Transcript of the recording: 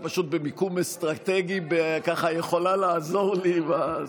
את במיקום אסטרטגי ויכולה לעזור לי.